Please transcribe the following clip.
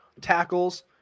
tackles